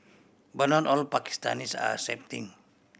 but not all Pakistanis are accepting